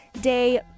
day